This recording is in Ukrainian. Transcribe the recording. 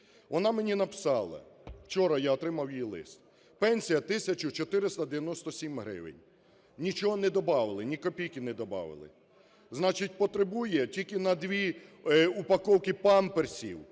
Вона мені написала, вчора я отримав її лист: "Пенсія – тисячу 497 гривень, нічого не добавили, ні копійки не добавили". Значить, потребує тільки на дві упаковки памперсів,